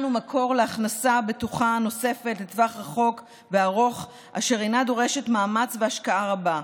הוא מקור להכנסה בטוחה נוספת לטווח ארוך אשר אינה דורשת מאמץ והשקעה רבה.